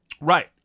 Right